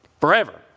forever